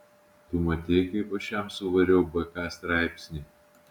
tu matei kaip aš jam suvariau bk straipsnį